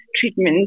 treatment